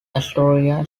astoria